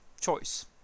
choice